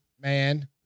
Man